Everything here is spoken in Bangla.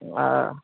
হ্যাঁ